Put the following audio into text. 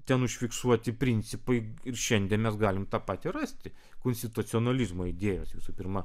ten užfiksuoti principai ir šiandien mes galim ta patį rasti konstitucionalizmo idėjos visų pirma